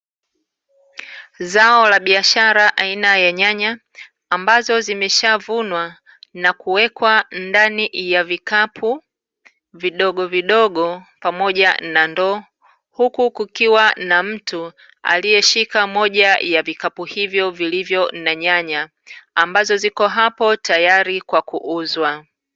Zao la biashara aina ya nyanya ambazo zimeshavunwa na kuweka ndani ya vikapu vidogovidogo pamoja na ndoo, huku kukiwa na mtu aliyeshika moja ya vikapu hivyo vilivyo na nyanya ambazo zipo hapo tayari kwa kuuzwa.